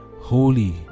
holy